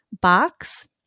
box